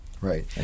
Right